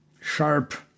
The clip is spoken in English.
sharp